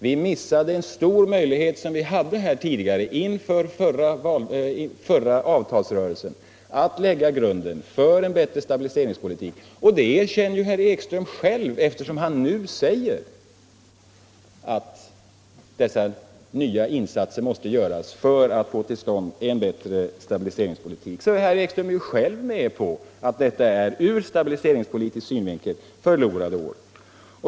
Vi missade en stor möjlighet som vi hade inför förra avtalsrörelsen: att lägga grunden för en bättre stabiliseringspolitik. Det erkänner ju herr Ekström själv, eftersom han nu säger att nya insatser måste göras för att få till stånd en bättre stabiliseringspolitik. Herr Ekström är därmed själv med på att det är ett ur stabiliseringspolitisk synvinkel förlorat år.